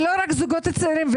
ולא רק זוגות צעירים.